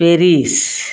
Paris